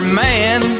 man